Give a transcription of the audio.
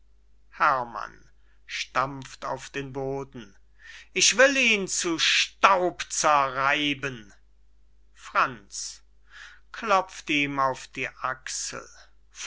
boden ich will ihn zu staub zerreiben franz